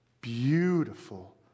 beautiful